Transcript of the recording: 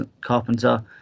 Carpenter